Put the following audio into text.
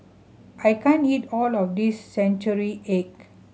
I can't eat all of this century egg